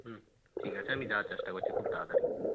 হুম ঠিক আছে আমি যাওয়ার চেষ্টা করছি খুব তাড়াতাড়ি